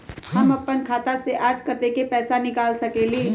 हम अपन खाता से आज कतेक पैसा निकाल सकेली?